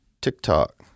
TikTok